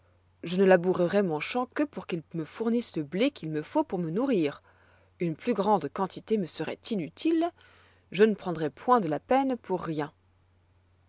je ne labourerai mon champ que pour qu'il me fournisse le blé qu'il me faut pour me nourrir une plus grande quantité me seroit inutile je ne prendrai point de la peine pour rien